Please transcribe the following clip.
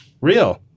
Real